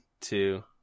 two